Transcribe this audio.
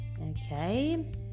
Okay